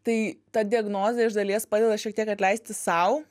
tai ta diagnozė iš dalies padeda šiek tiek atleisti sau